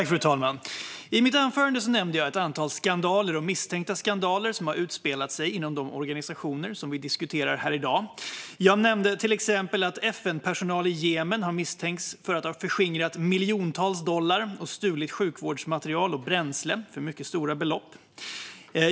Fru talman! I mitt anförande nämnde jag ett antal skandaler och misstänkta skandaler som har utspelat sig inom de organisationer som vi diskuterar här i dag. Jag nämnde till exempel att FN-personal i Jemen misstänks för att ha förskingrat miljontals dollar och stulit sjukvårdsmaterial och bränsle för mycket stora belopp.